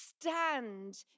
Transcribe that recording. stand